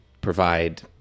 provide